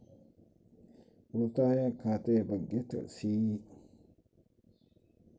ಉಳಿತಾಯ ಖಾತೆ ಬಗ್ಗೆ ತಿಳಿಸಿ?